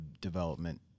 development